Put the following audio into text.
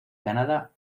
canadá